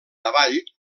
avall